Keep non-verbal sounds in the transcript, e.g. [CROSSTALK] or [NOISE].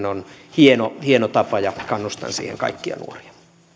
[UNINTELLIGIBLE] on hieno hieno tapa ja kannustan siihen kaikkia nuoria